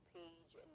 page